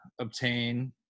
obtain